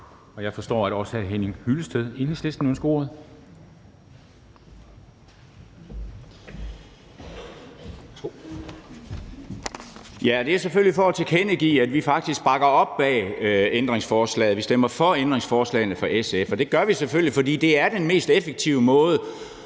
10:13 (Ordfører) Henning Hyllested (EL): Ja, og det er selvfølgelig for at tilkendegive, at vi faktisk bakker op om ændringsforslaget – vi stemmer for ændringsforslaget fra SF. Det gør vi selvfølgelig, fordi det er den mest effektive måde